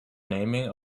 naming